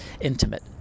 intimate